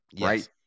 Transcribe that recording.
Right